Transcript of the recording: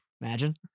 Imagine